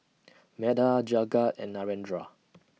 Medha Jagat and Narendra